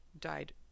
died